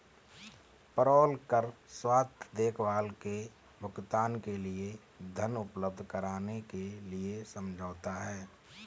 payroll कर स्वास्थ्य देखभाल के भुगतान के लिए धन उपलब्ध कराने के लिए समझौता है